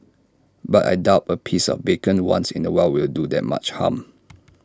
but I doubt A piece of bacon once in A while will do that much harm